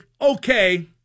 okay